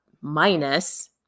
minus